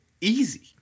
easy